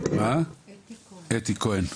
אתי כהן,